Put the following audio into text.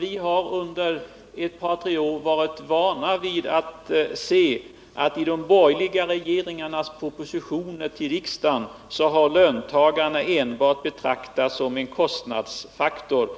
Vi har under ett par tre år varit vana vid att i de borgerliga regeringarnas propositioner till riksdagen se de anställda betraktade enbart som en kostnadsfaktor.